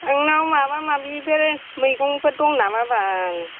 नोंनाव माबा माबिफोर मैगंफोर दं नामा बाल